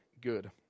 good